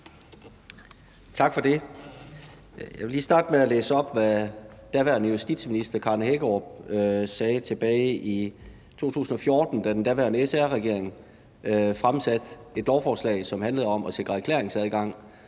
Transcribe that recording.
Tak for det. Jeg vil lige starte med at læse op, hvad daværende justitsminister Karen Hækkerup sagde tilbage i 2014, da den daværende SR-regering fremsatte et lovforslag, som handlede om at sikre erklæringsadgang,